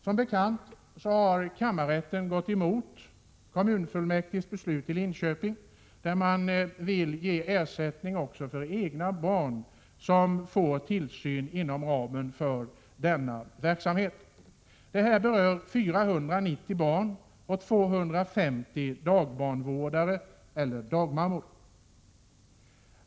Som bekant har kammarrätten gått emot Linköpings kommunfullmäktiges beslut, där man alltså vill ge ersättning för också egna barn som får tillsyn inom ramen för denna verksamhet. Detta berör 490 barn och 250 dagbarnvårdare, eller dagmammor.